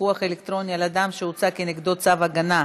פיקוח אלקטרוני על אדם שהוצא נגדו צו הגנה),